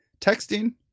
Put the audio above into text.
texting